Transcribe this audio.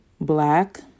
black